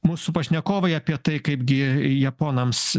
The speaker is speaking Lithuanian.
mūsų pašnekovai apie tai kaipgi japonams